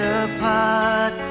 apart